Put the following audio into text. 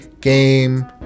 game